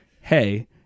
Hey